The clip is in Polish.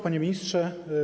Panie Ministrze!